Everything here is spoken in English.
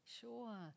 Sure